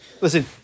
Listen